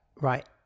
right